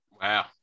Wow